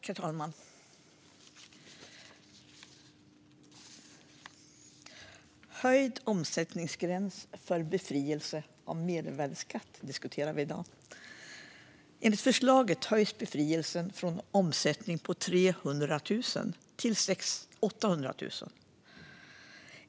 Herr talman! Vi diskuterar i dag höjd omsättningsgräns för befrielse från mervärdesskatt. Enligt förslaget höjs omsättningsgränsen för befrielsen från 30 000 till 80 000.